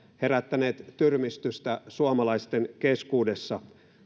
herättäneet tyrmistystä suomalaisten keskuudessa